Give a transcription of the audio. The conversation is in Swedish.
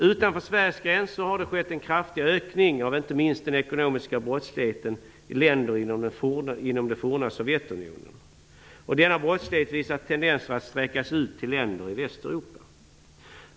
Utanför Sveriges gränser har det skett en kraftig ökning av inte minst den ekonomiska brottsligheten i länder inom det forna Sovjetunionen, och denna brottslighet visar tendenser att sträckas ut till länder i Västeuropa.